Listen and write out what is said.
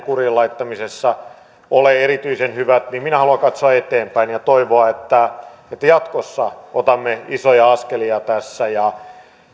kuriin laittamisessa ole erityisen hyvät niin minä haluan katsoa eteenpäin ja toivoa että jatkossa otamme isoja askelia tässä